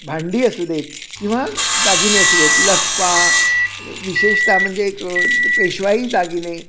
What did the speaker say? भांडी असू देत किंवा दागिने असू देत लक्पा विशेषतः म्हणजे एक पेशवाई दागिने